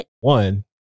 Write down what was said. One